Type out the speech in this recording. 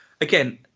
again